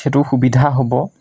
সেইটো সুবিধা হ'ব